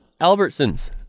Albertsons